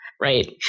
Right